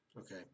Okay